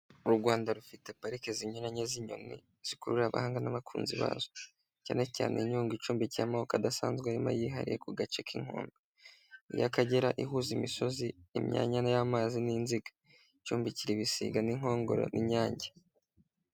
U Rwanda rufite parike zinyuranye z'inyoni, zikurura abahanga n'abakunzi bazo, cyane cyane Nyungwe icumbikiye amoko adasanzwe arimo ayihariye ku gace k'inkombe, iy'Akagera ihuza imisozi, imyanya y'amazi n'inziga, icumbikira ibisiga n'inkongoro n'inyange.